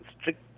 strict